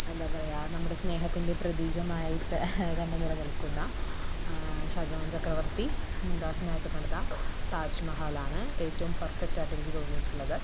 എന്താ പറയുക നമ്മുടെ സ്നേഹത്തിൻ്റെ പ്രതീകമായിത് തന്നെ നിലനിൽക്കുന്ന ഷാ ജഹാൻ ചക്രവർത്തി മുംതാസിനായിട്ട് പണിത താജ് മഹലാണ് ഏറ്റവും പെർഫെക്റ്റായിട്ടെനിക്ക് തോന്നിയിട്ടുള്ളത്